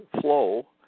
flow